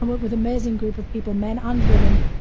worked with amazing group of people, men and women,